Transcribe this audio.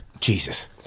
Jesus